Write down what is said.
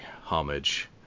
homage